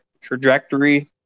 trajectory